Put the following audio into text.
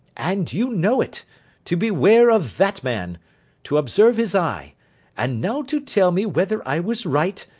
and you know it to beware of that man to observe his eye and now to tell me whether i was right,